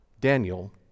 Daniel